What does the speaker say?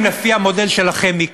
לפי המודל שלכם, מיקי,